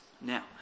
Now